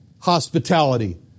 hospitality